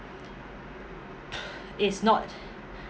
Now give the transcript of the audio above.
it's not